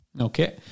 Okay